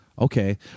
Okay